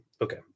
Okay